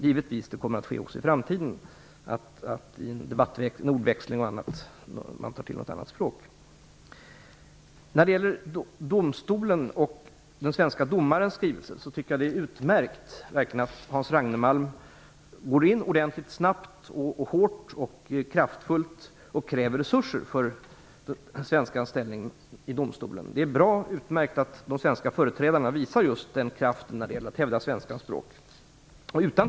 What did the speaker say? Givetvis kommer man även i framtiden i en ordväxling eller en debatt att ta till något annat språk. När det gäller domstolen och den svenska domarens skrivelse vill jag säga att jag tycker att det är utmärkt att Hans Ragnemalm går in snabbt, hårt och kraftfullt och kräver resurser för att stödja svenskans ställning i domstolen. Det är utmärkt att de svenska företrädarna visar just den kraften när det gäller att hävda svenska språket.